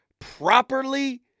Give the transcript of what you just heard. properly